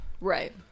Right